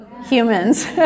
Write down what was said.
humans